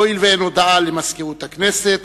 הואיל ואין הודעה למזכירות הכנסת,